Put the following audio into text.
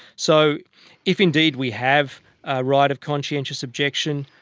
so if indeed we have a right of conscientious objection,